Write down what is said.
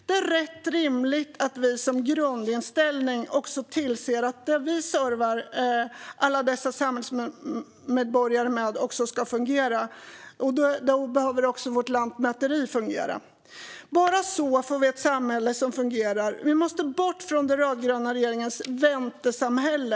Det är rimligt att vi politiker har en grundinställning som innebär att vi också tillser att det vi servar alla samhällsmedborgare med också ska fungera. Då behöver även Lantmäteriet fungera. Bara så får vi ett samhälle som fungerar. Vi måste komma bort från den rödgröna regeringens väntesamhälle.